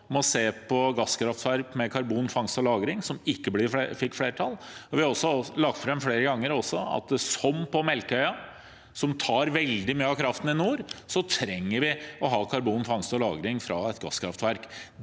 må se på gasskraftverk med karbonfangst og lagring, som ikke fikk flertall. Vi har også flere ganger lagt fram at vi – som på Melkøya, som tar veldig mye av kraften i nord – trenger å ha karbonfangst og lagring fra et gasskraftverk.